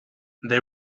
they